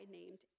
named